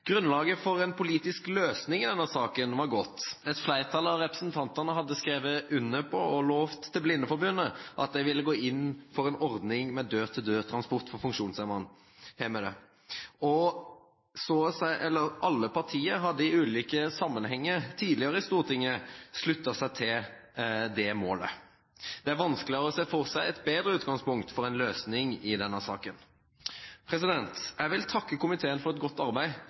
Grunnlaget for en politisk løsning i denne saken var godt. Et flertall av representantene hadde skrevet under på og lovet Blindeforbundet at de ville gå inn for en ordning med dør-til-dør-transport for funksjonshemmede. Alle partier hadde i ulike sammenhenger tidligere i Stortinget sluttet seg til det målet. Det er vanskeligere å se for seg et bedre utgangspunkt for en løsning i denne saken. Jeg vil takke komiteen for et godt arbeid,